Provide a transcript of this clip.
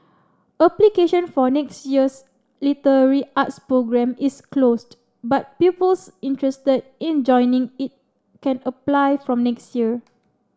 application for next year's literary arts programme is closed but pupils interested in joining it can apply from next year